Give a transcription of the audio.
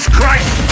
Christ